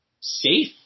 safe